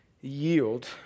yield